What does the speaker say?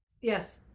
Yes